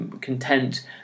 Content